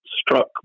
struck